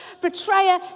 betrayer